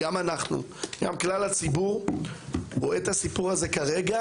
גם אנחנו וגם כלל הציבור רואה את הסיפור הזה כרגע